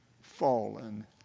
fallen